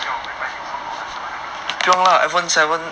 siao I go and buy new phone for what